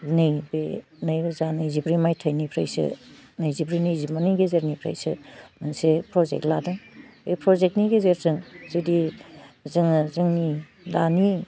नैबे नैरोजा नैजिब्रै मायथाइनिफ्रायसो नैजिब्रै नैजिबानि गेजेरनिफ्रायसो मोनसे फ्रजेक लादों बे फ्रजेकनि गेजेरजों जुदि जोङो जोंनि दानि